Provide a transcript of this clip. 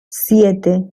siete